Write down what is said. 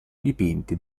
dipinti